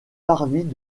parvis